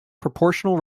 proportional